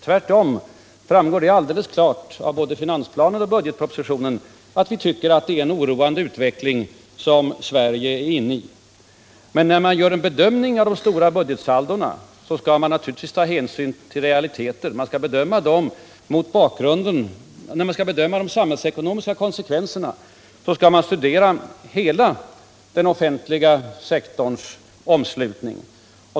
Tvärtom framgår det alldeles klart av både finansplanen och budgetpropositionen att vi tycker att Sverige är inne i en oroande utveckling. Men när man gör en bedömning av de stora budgetsaldona, skall man naturligtvis ta hänsyn till de samhällsekonomiska konsekvenserna. Och då måste man se på hela den offentliga sektorn.